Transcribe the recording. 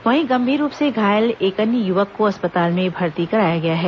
वहीं गंभीर रूप से घायल एक अन्य युवक को अस्पताल में भर्ती कराया गया है